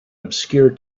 obscure